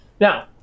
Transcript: Now